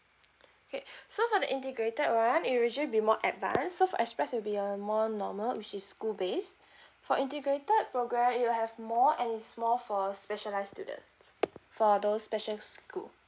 okay so for the integrated one it usually be more advance so for express will be a more normal which is school based for integrated program it will have more and it's more for specialised student for those special school